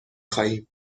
خواهیم